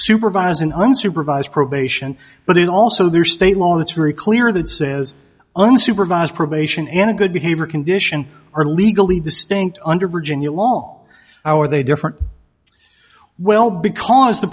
supervising unsupervised probation but it also there are state law that's very clear that says unsupervised probation and a good behavior condition are legally distinct under virginia law how are they different well because the